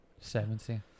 Seventy